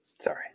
Sorry